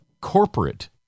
corporate